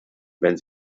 wenn